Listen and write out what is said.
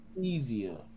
Easier